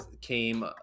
came